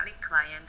client